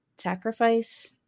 Sacrifice